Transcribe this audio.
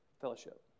fellowship